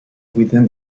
within